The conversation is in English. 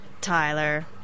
Tyler